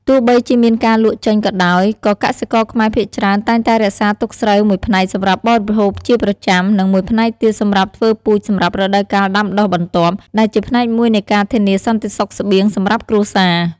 ទោះបីជាមានការលក់ចេញក៏ដោយ ក៏កសិករខ្មែរភាគច្រើនតែងតែរក្សាទុកស្រូវមួយផ្នែកសម្រាប់បរិភោគជាប្រចាំ និងមួយផ្នែកទៀតសម្រាប់ធ្វើពូជសម្រាប់រដូវកាលដាំដុះបន្ទាប់ ដែលជាផ្នែកមួយនៃការធានាសន្តិសុខស្បៀងសម្រាប់គ្រួសារ។